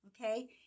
Okay